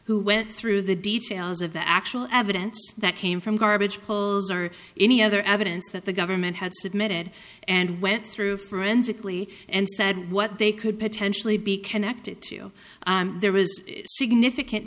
who went through the details of the actual evidence that came from garbage pulls or any other evidence that the government had submitted and went through forensically and said what they could potentially be connected to there was significant